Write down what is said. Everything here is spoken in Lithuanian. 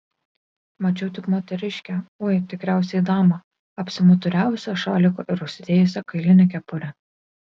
mačiau tik moteriškę oi tikriausiai damą apsimuturiavusią šaliku ir užsidėjusią kailinę kepurę